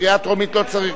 בקריאה טרומית זה לא חל.